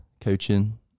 coaching